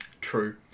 True